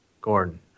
Gordon